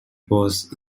was